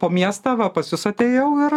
po miestą va pas jus atėjau ir